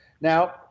Now